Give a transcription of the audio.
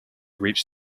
reach